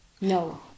No